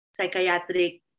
psychiatric